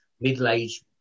middle-aged